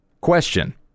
Question